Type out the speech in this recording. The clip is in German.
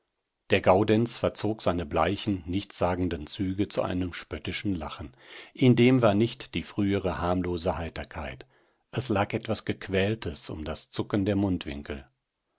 der gaudenz verzog seine bleichen nichtssagenden züge zu einem spöttischen lachen in dem war nicht die frühere harmlose heiterkeit es lag etwas gequältes um das jucken der mundwinkel